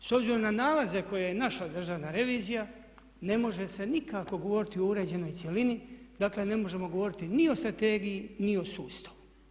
S obzirom na nalaze koje je našla Državna revizija ne može se nikako govoriti o uređenoj cjelini, dakle ne možemo govoriti ni o strategiji ni o sustavu.